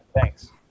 Thanks